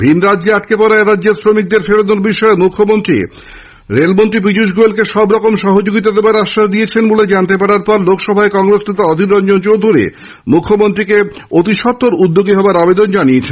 ভিন রাজ্যে আটকে পড়া এরাজ্যের শ্রমিকদের ফেরানোর বিষয়ে মুখ্যমন্ত্রী মমতা ব্যানার্জী রেলমন্ত্রী পীযুষ গোয়েলকে সবরকম সহযোগিতা দেওয়ার আশ্বাস দিয়েছেন বলে জানতে পারার পর লোকসভায় কংগ্রেস নেতা অধীররঞ্জন চৌধুরী মুখ্যমন্ত্রীকে অতিসত্তর উদ্যোগী হওয়ার আবেদন জানিয়েছেন